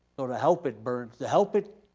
so to help it burn, to help it,